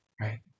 right